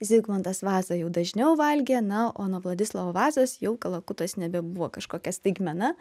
zigmantas vaza jau dažniau valgė na o nuo vladislovo vazos jau kalakutas nebebuvo kažkokia staigmena